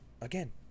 again